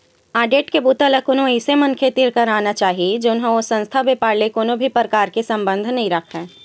audit के बूता ल कोनो अइसन मनखे तीर कराना चाही जउन ह ओ संस्था, बेपार ले कोनो भी परकार के संबंध नइ राखय